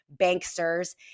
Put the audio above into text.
banksters